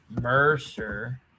Mercer –